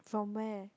from where